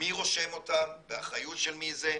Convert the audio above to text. מי רושם אותם, באחריות של מי זה,